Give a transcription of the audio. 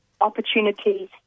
opportunities